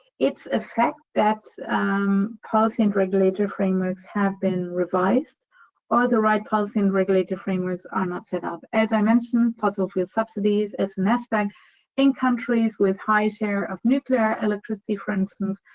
it's a fact that um policy and regulator frameworks have been revised or the right policy and regulated frameworks are not set up. as i mentioned fossil fuel subsidies is an aspect in countries with high share of nuclear electricity, for instance,